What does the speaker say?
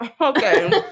Okay